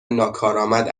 ناکارآمد